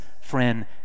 friend